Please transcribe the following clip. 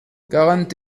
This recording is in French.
quarante